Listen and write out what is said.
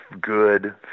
good